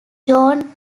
john